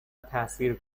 تأثیر